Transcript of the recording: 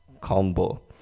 combo